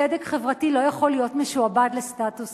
צדק חברתי לא יכול להיות משועבד לסטטוס-קוו.